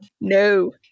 No